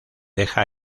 deja